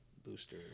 booster